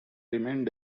remained